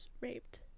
raped